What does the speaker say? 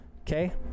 Okay